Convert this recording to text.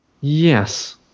yes